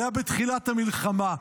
זה היה בתחילת המלחמה,